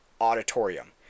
auditorium